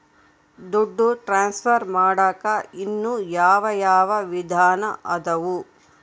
ದುಡ್ಡು ಟ್ರಾನ್ಸ್ಫರ್ ಮಾಡಾಕ ಇನ್ನೂ ಯಾವ ಯಾವ ವಿಧಾನ ಅದವು?